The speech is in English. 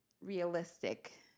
Realistic